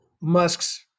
Musk's